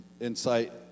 insight